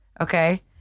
Okay